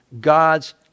God's